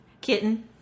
kitten